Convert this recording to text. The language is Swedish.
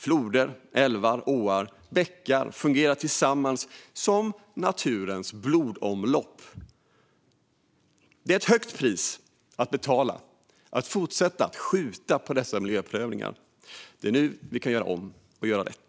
Floder, älvar, åar och bäckar fungerar tillsammans som naturens blodomlopp. Vi betalar ett högt pris om vi fortsätter skjuta på dessa miljöprövningar. Det är nu vi kan göra om och göra rätt.